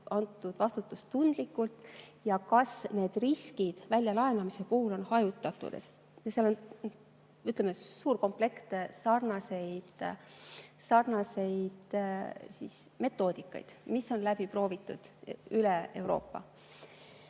antud vastutustundlikult ja kas riskid väljalaenamise puhul on hajutatud. Seal on, ütleme, suur komplekt sarnaseid metoodikaid, mis on läbi proovitud üle Euroopa.